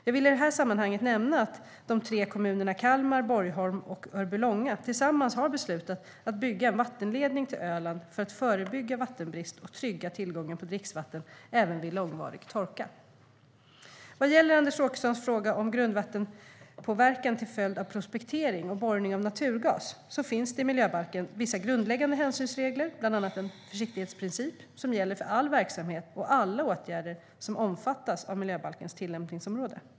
Jag vill i det sammanhanget nämna att de tre kommunerna Kalmar, Borgholm och Mörbylånga tillsammans har beslutat att bygga en vattenledning till Öland för att förebygga vattenbrist och trygga tillgången på dricksvatten även vid långvarig torka. Vad gäller Anders Åkessons fråga om grundvattenpåverkan till följd av prospektering och borrning efter naturgas finns det i miljöbalken vissa grundläggande hänsynsregler, bland annat en försiktighetsprincip, som gäller för all verksamhet och alla åtgärder som omfattas av miljöbalkens tillämpningsområde.